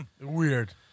weird